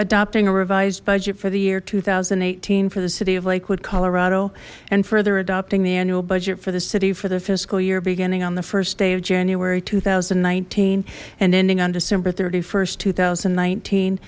adopting a revised budget for the year two thousand and eighteen for the city of lakewood colorado and further adopting the annual budget for the city for the fiscal year beginning on the first day of january two thousand and nineteen and ending on december st two thousand and nineteen